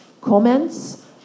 comments